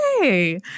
Hey